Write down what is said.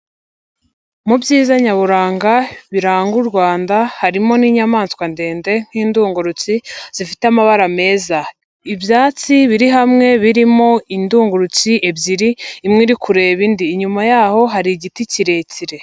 Mu byiza nyaburanga biranga u Rwanda harimo n'inyamaswa ndende nk'indungurutsi zifite amabara meza, ibyatsi biri hamwe birimo indungurutsi ebyiri imwe iri kureba indi, inyuma yaho hari igiti kirekire.